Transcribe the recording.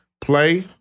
play